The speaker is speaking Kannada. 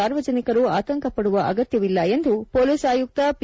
ಸಾರ್ವಜನಿಕರು ಆತಂಕ ಪದುವ ಅಗತ್ಯವಿಲ್ಲ ಎಂದು ಪೊಲೀಸ್ ಆಯುಕ್ತ ಪಿ